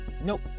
nope